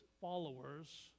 followers